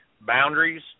boundaries